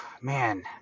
man